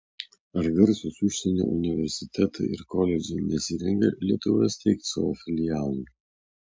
ar garsūs užsienio universitetai ir koledžai nesirengia lietuvoje steigti savo filialų